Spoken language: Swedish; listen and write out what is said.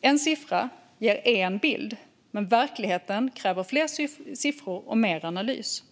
En siffra ger en bild, men verkligheten kräver fler siffror och mer analys.